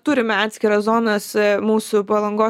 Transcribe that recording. turime atskiras zonas mūsų palangos